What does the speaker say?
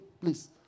Please